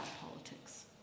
politics